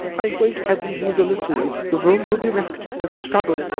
i won't have you use a lasso. the room will be wrecked if there's a struggle.